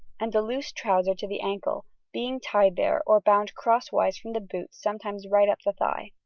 and a loose trouser to the ankle, being tied there or bound crosswise from the boot sometimes right up the thigh.